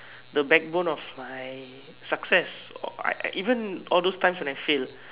the backbone of my success all I I even all those time when I failed